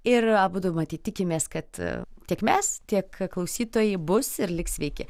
ir abudu matyt tikimės kad tiek mes tiek klausytojai bus ir liks sveiki